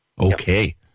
Okay